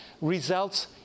results